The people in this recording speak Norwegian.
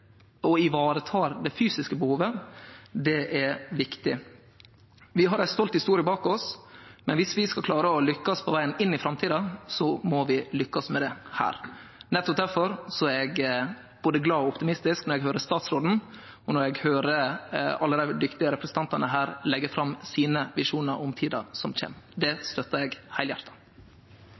det fysiske behovet, er viktig. Vi har ei stolt historie bak oss, men viss vi skal klare å lykkast på vegen inn i framtida, må vi lykkast med dette. Nettopp difor er eg både glad og optimistisk når eg høyrer statsråden, og når eg høyrer alle dei dyktige representantane her leggje fram sine visjonar om tida som kjem. Det støttar eg heilhjarta.